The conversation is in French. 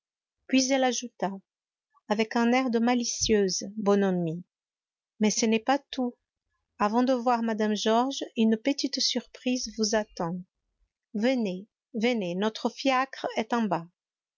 puis elle ajouta avec un air de malicieuse bonhomie mais ce n'est pas tout avant de voir mme georges une petite surprise vous attend venez venez notre fiacre est en bas